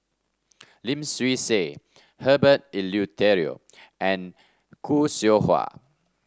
Lim Swee Say Herbert Eleuterio and Khoo Seow Hwa